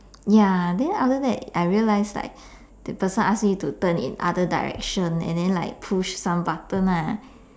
ya then after that I realize like the person ask me to turn in other direction and then like push some button lah